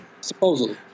Supposedly